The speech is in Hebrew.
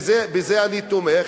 בזה אני תומך,